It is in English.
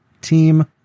team